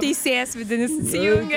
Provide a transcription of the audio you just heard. teisėjas vidinis įsijungia